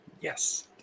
Yes